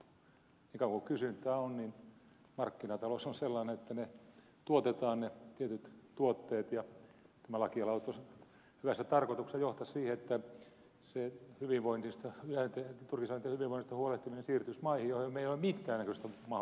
niin kauan kuin kysyntää on niin markkinatalous on sellainen että tuotetaan ne tietyt tuotteet ja tämä lakialoite hyvässä tarkoituksessa johtaisi siihen että turkiseläinten hyvinvoinnista huolehtiminen siirtyisi maihin joihin meillä ei ole minkään näköistä mahdollisuutta vaikuttaa